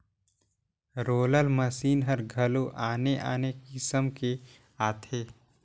roller machine हर घलो आने आने किसम के आथे